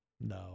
No